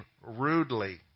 rudely